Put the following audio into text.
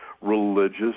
religious